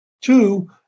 Two